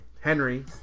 Henry